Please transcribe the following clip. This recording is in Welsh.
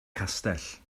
castell